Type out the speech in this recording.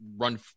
run